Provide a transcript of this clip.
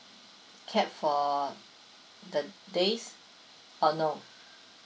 cap for the days uh no